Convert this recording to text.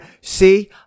See